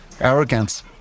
arrogance